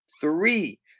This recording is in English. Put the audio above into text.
three